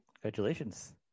congratulations